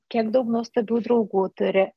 kiek daug nuostabių draugų turi